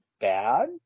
bad